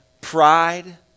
pride